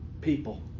people